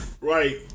Right